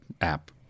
app